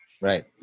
Right